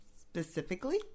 Specifically